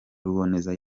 ruboneza